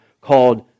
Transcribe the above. called